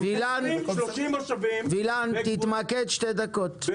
וילן תתמקד שתי דקות,